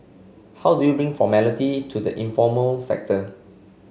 how do you bring formality to the informal sector